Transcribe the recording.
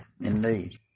Indeed